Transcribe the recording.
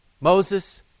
Moses